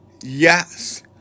Yes